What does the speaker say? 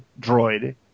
droid